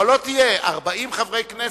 אבל לא תהיה, 40 חברי כנסת,